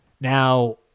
Now